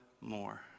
more